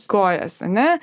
kojas ane